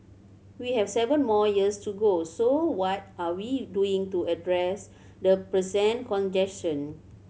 we have seven more years to go so what are we doing to address the present congestion